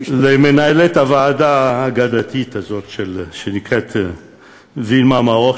ולמנהלת הוועדה האגדתית הזאת שנקראת וילמה מאור,